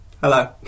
hello